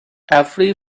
every